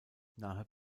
nahe